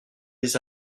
des